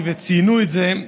וציינו את זה,